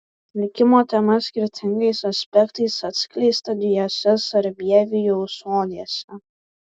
likimo tema skirtingais aspektais atskleista dviejose sarbievijaus odėse